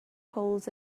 holes